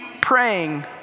praying